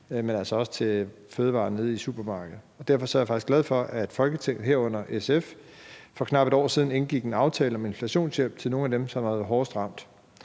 men altså også til fødevarerne nede i supermarkedet. Derfor er jeg faktisk glad for, at Folketinget, herunder SF, for knap et år siden indgik en aftale om inflationshjælp til nogle af dem, som har været hårdest ramt.